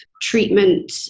treatment